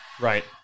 Right